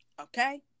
okay